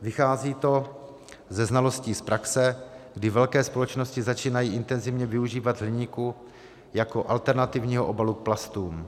Vychází to ze znalostí z praxe, kdy velké společnosti začínají intenzivně využívat hliníku jako alternativního obalu k plastům.